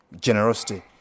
generosity